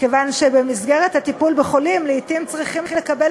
כיוון שבמסגרת הטיפול בחולים לעתים צריכים לקבל